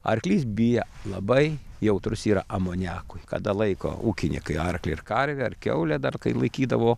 arklys bijo labai jautrūs yra amoniakui kada laiko ūkinykai arklį ir karvę ar kiaulę dar kai laikydavo